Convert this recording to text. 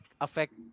affect